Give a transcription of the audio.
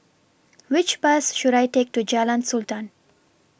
Which Bus should I Take to Jalan Sultan